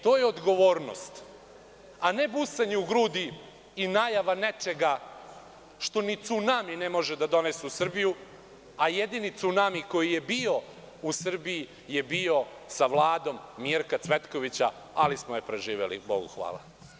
To je odgovornost, a ne busanje u grudi i najava nečega što ni cunami ne može da donese u Srbiju, a jedini cunami koji je bio u Srbiji je bio sa Vladom Mirka Cvetkovića, ali smo preživeli, Bogu hvala.